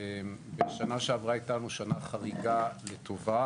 בשנה שעברה הייתה לנו שנה חריגה לטובה,